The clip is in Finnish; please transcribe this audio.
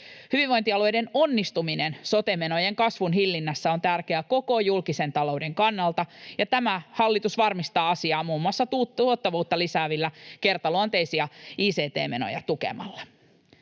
Hyvinvointialueiden onnistuminen sote-menojen kasvun hillinnässä on tärkeää koko julkisen talouden kannalta, ja tämä hallitus varmistaa asiaa muun muassa tuottavuutta lisääviä kertaluonteisia ict-menoja tukemalla.